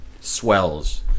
swells